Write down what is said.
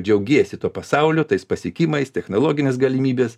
džiaugiesi tuo pasauliu tais pasiekimais technologinės galimybės